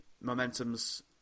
momentum's